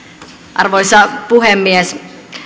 arvoisa puhemies